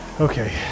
Okay